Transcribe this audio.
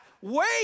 Wait